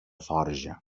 forja